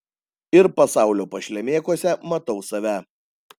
ir pasaulio pašlemėkuose matau save